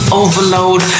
overload